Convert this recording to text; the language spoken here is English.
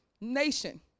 nation